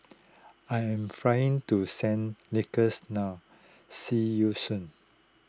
I am flying to Saint Lucia now see you soon